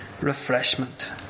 refreshment